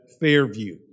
Fairview